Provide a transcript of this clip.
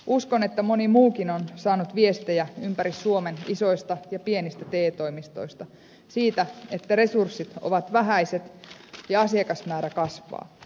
uskon että moni muukin on saanut viestejä ympäri suomen isoista ja pienistä te toimistoista siitä että resurssit ovat vähäiset ja asiakasmäärä kasvaa